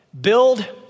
build